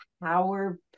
power